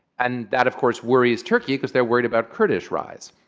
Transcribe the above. and that, of course, worries turkey, because they're worried about kurdish rise.